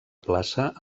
plaça